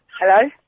Hello